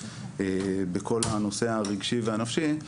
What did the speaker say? בכל הנושא הרגשי והנפשי,